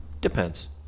Depends